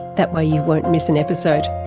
that way you won't miss an episode.